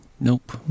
Nope